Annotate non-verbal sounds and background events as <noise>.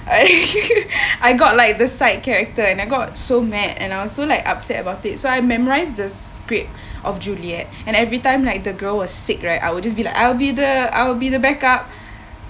<laughs> I got like the side character and I got so mad and I was so like upset about it so I memorised the script of juliet and every time like the girl was sick right I would just be like I'll be the I'll be the backup